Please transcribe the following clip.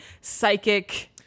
psychic